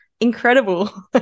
incredible